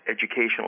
educational